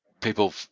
people